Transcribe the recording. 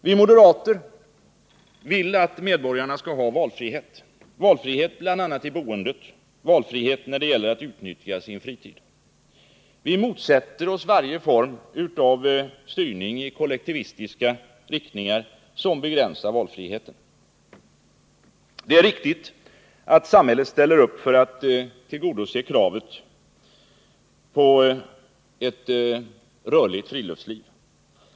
Vi moderater vill att medborgarna skall ha valfrihet; valfrihet bl.a. i boendet, valfrihet när det gäller att utnyttja sin fritid. Vi motsätter oss varje form av styrning i kollektivistiska riktningar som begränsar valfriheten. Det är riktigt att samhället ställer upp för att tillgodose kravet på ett rörligt friluftsliv.